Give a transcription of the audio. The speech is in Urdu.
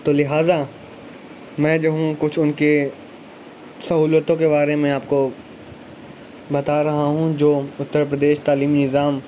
تو لہٰذا میں جو ہوں کچھ ان کے سہولتوں کے بارے میں آپ کو بتا رہا ہوں جو اتر پردیش تعلیمی نظام